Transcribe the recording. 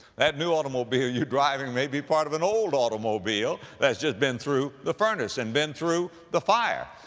that new automobile you're driving may be part of an old automobile that's just been through the furnace and been through the fire.